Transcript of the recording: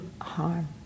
harm